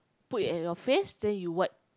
put at your face then you wipe